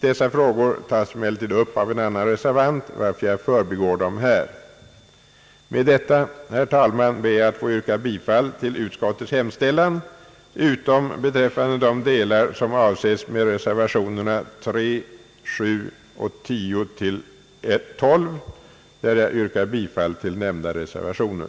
Dessa frågor tas emellertid upp av en annan reservant, varför jag förbigår dem här. Med detta, herr talman, ber jag att få yrka bifall till utskottets hemställan utom beträffande de delar som avses med reservationerna III, VII och X— XII, där jag yrkar bifall till nämnda reservationer.